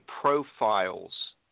profiles